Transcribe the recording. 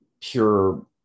pure